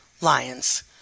lions